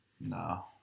No